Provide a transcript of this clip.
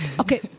Okay